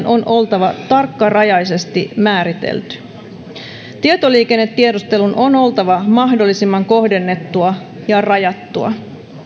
on oltava tarkkarajaisesti määritelty tietoliikennetiedustelun on oltava mahdollisimman kohdennettua ja rajattua